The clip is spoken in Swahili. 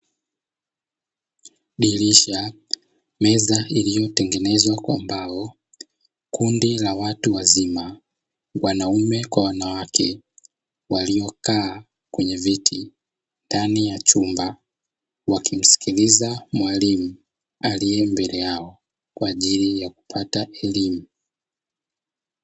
Dirisha, meza iliyotengenezwa kwa mbao kundi la watu wazima. Wanaume kwa wanawake waliokaa kwenye viti ndani ya chumba. Wakimsikiliza mwalimu aliye mbele yao kwa ajili ya kupata elimu.